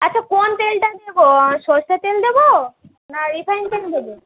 আচ্ছা কোন তেলটা দেব সরষের তেল দেব না রিফাইন তেল দেব